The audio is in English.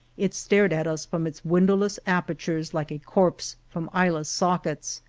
it stared at us from its windowless apertures like a corpse from eyeless sockets.